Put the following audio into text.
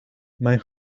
mijn